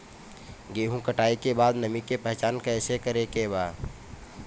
गेहूं कटाई के बाद नमी के पहचान कैसे करेके बा?